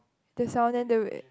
the sounds then the way